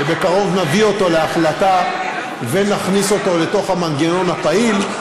שבקרוב נביא אותו להחלטה ונכניס אותו לתוך המנגנון הפעיל,